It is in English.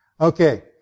Okay